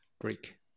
break